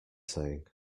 saying